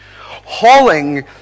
hauling